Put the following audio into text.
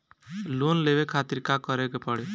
Loan लेवे खातिर का करे के पड़ी?